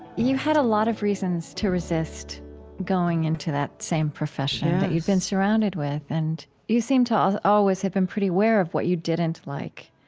you had a lot of reasons to resist going into that same profession that you've been surrounded with, and you seem to ah always have been pretty aware what you didn't like